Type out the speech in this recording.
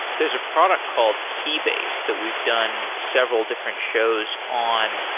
there's a product called keybase that we've done several different shows on,